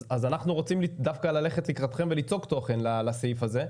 אנחנו רוצים דווקא ללכת לקראתכם וליצוק תוכן לסעיף הזה.